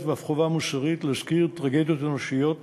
ואף חובה מוסרית להזכיר טרגדיות אנושיות,